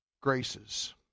graces